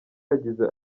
yagize